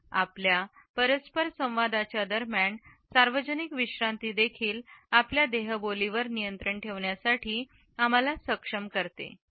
आपल्या परस्परसंवादाच्या दरम्यान सार्वजनिक विश्रांती देखील आपल्या देहबोली वर नियंत्रण ठेवण्यासाठी आम्हाला सक्षम करते